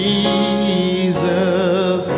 Jesus